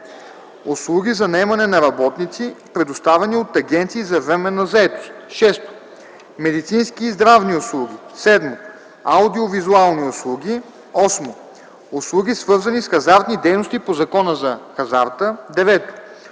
услуги за наемане на работници, предоставяни от агенции за временна заетост; 6. медицински и здравни услуги; 7. аудиовизуални услуги; 8. услуги, свързани с хазартни дейности по Закона за хазарта; 9.